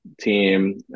team